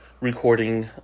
recording